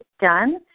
done